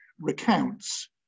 recounts